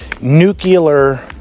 nuclear